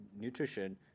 nutrition